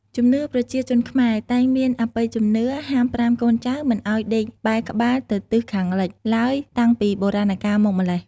ជំនឿប្រជាជនខ្មែរ តែងមានអបិយជំនឿហាមប្រាមកូនចៅមិនឱ្យដេកបែរក្បាលទៅទិសខាងលិចឡើយតាំងពីបុរាណកាលមកម្ល៉េះ។